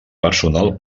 personal